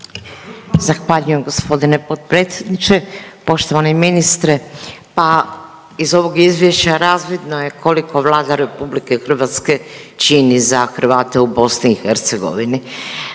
Zahvaljujem g. potpredsjedniče. Poštovani ministre, pa iz ovog Izvješća razvidno je koliko Vlada RH čini za Hrvate u BiH.